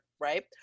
right